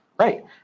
Right